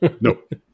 Nope